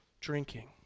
drinking